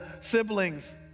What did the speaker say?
siblings